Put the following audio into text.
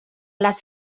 les